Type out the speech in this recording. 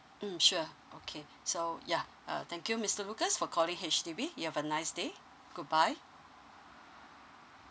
mm sure okay so yeah uh thank you mister lucas for calling H_D_B you have a nice day goodbye